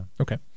Okay